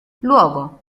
luogo